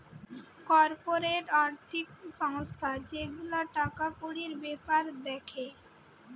corporate আর্থিক সংস্থা যে গুলা টাকা কড়ির বেপার দ্যাখে